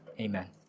Amen